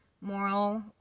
moral